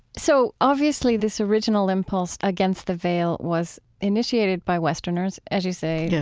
so obviously this original impulse against the veil was initiated by westerners, as you say, yeah